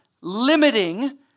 limiting